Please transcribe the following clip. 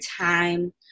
time